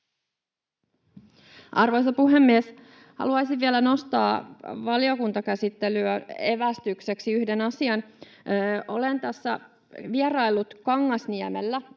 Arvoisa puhemies! Haluaisin vielä nostaa valiokuntakäsittelyyn evästykseksi yhden asian. Olen tässä vieraillut Kangasniemellä,